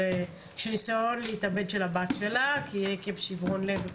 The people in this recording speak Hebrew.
ניסיון להתאבד של הבת שלה עקב שברון לב.